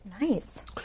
Nice